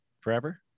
forever